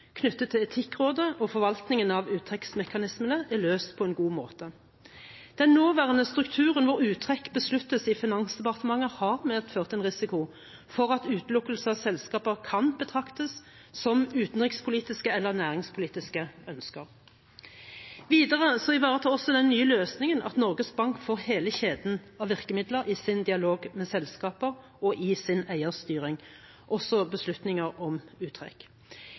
knyttet til Etikkrådet og forvaltningen av uttrekksmekanismene er løst på en god måte. Den nåværende strukturen, hvor uttrekk besluttes i Finansdepartementet, har medført en risiko for at utelukkelse av selskaper kan betraktes som utenrikspolitiske eller næringspolitiske ønsker. Videre ivaretar også den nye løsningen at Norges Bank får hele kjeden av virkemidler i sin dialog med selskaper og i sin eierstyring, også beslutninger om uttrekk.